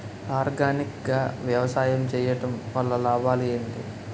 Organic గా వ్యవసాయం చేయడం వల్ల లాభాలు ఏంటి?